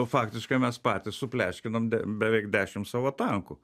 faktiškai mes patys supleškinom beveik dešimt savo tankų